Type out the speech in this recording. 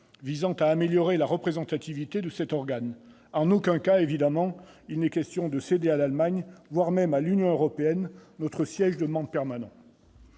visant à améliorer la représentativité de cet organe. Évidemment, il n'est en aucun cas question de céder à l'Allemagne, voire à l'Union européenne notre siège de membre permanent